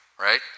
right